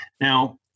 Now